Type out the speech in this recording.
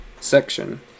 Section